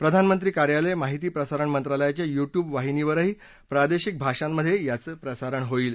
प्रधानमंत्री कार्यालय माहिती प्रसारण मंत्रालयच्या यु ट्युब वाहिनीवरही प्रादेशिक भाषांमध्ये याचं प्रसारण केलं जाईल